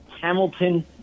Hamilton